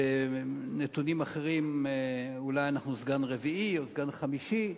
בנתונים אחרים אולי אנחנו סגן רביעי או סגן חמישי.